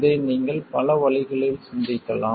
இதை நீங்கள் பல வழிகளில் சிந்திக்கலாம்